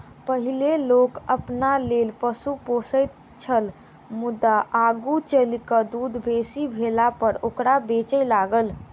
पहिनै लोक अपना लेल पशु पोसैत छल मुदा आगू चलि क दूध बेसी भेलापर ओकरा बेचय लागल